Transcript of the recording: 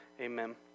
Amen